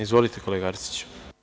Izvolite, kolega Arsiću.